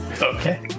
okay